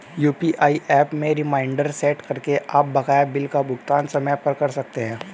UPI app में reminder set करके आप बकाया बिल का भुगतान समय पर कर सकते हैं